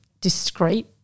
discreet